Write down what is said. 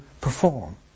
perform